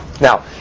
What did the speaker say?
Now